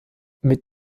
mit